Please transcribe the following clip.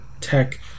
tech